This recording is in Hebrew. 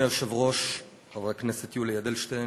אדוני היושב-ראש חבר הכנסת יולי אדלשטיין,